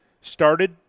started